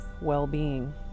well-being